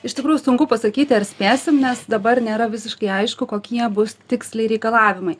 iš tikrųjų sunku pasakyti ar spėsim nes dabar nėra visiškai aišku kokie bus tiksliai reikalavimai